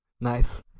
Nice